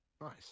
Nice